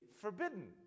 forbidden